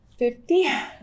50